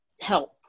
help